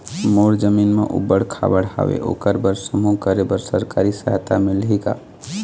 मोर जमीन म ऊबड़ खाबड़ हावे ओकर बर समूह करे बर सरकारी सहायता मिलही का?